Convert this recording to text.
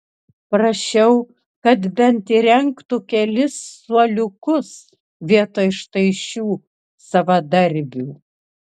prašiau kad bent įrengtų kelis suoliukus vietoj štai šių savadarbių